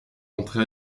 d’entre